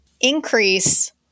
increase